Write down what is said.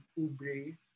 Ubre